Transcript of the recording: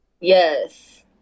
Yes